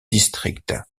district